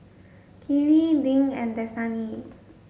Keely Dink and Destany